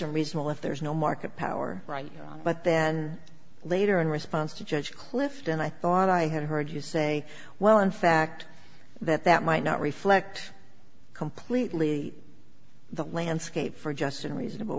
a reasonable if there's no market power right but then later in response to judge clifton i thought i had heard you say well in fact that that might not reflect completely the landscape for just in reasonable